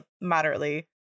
moderately